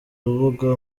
rubuga